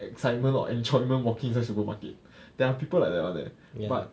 excitement or enjoyment walking 在 supermarket there are people like that [one] leh